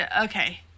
okay